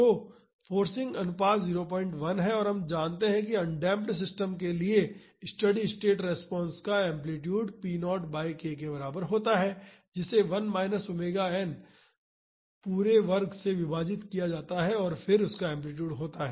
तो फ्रीक्वेंसी अनुपात 01 है और हम जानते हैं कि अनडेमप्ड सिस्टम्स के लिए स्टेडी स्टेट रिस्पांस का एम्पलीटूड p 0 बाई k के बराबर होता है जिसे 1 माइनस ओमेगा n पूरे वर्ग से विभाजित किया जाता है और फिर उसका एम्पलीटूड होता है